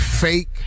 fake